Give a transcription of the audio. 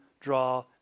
draw